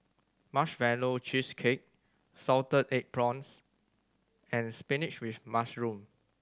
Marshmallow Cheesecake salted egg prawns and spinach with mushroom